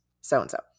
so-and-so